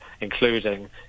including